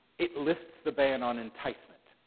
it lifts the ban on enticement.